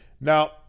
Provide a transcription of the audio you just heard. Now